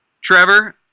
Trevor